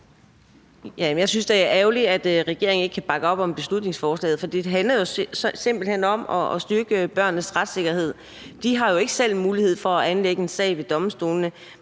Jeg synes, det er ærgerligt, at regeringen ikke kan bakke op om beslutningsforslaget, for det handler jo simpelt hen om at styrke børnenes retssikkerhed. De har jo ikke selv mulighed for at anlægge en sag ved domstolene,